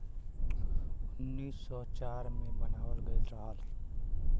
उन्नीस सौ चार मे बनावल गइल रहल